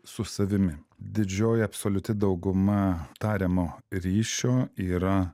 su savimi didžioji absoliuti dauguma tariamo ryšio yra